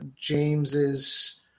James's